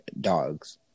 dogs